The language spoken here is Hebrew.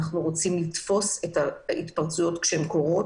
אנחנו רוצים לתפוס את ההתפרצויות כשהן קורות,